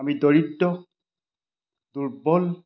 আমি দৰিদ্ৰ দুৰ্বল